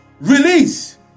release